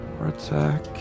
Attack